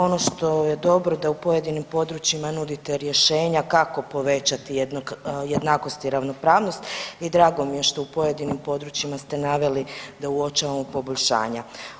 Ono što je dobro da u pojedinim područjima nudite rješenja kako povećati jednog, jednakost i ravnopravnosti i drago mi je što u pojedinim područjima ste naveli da uočavamo poboljšanja.